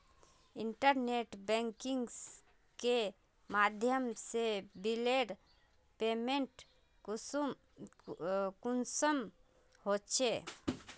Internet banking के माध्यम से बिलेर पेमेंट कुंसम होचे?